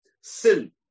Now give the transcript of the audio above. Sin